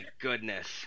goodness